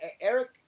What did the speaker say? eric